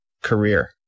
career